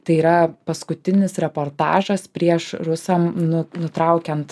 tai yra paskutinis reportažas prieš rusam nu nutraukiant